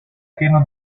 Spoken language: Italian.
pieno